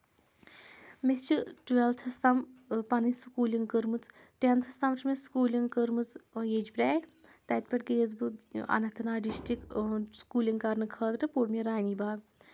مےٚ چھِ ٹُویلتھس تام پَنٕنۍ سکوٗلِنٛگ کٔرمٕژ ٹؠنتھَس تام چھےٚ مےٚ سکوٗلِنٛگ کٔرمٕژ ویج بِیارِ تَتہِ پؠٹھ گٔیَس بہٕ اننت ناگ ڈِسٹرک سکوٗلِنٛگ کرنہٕ خٲطرٕ پوٚر مےٚ رانی باغ